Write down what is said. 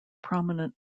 prominent